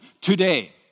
today